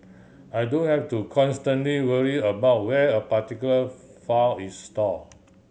I don't have to constantly worry about where a particular file is stored